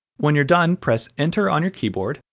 when you're done, press enter on your keyboard,